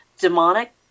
Demonic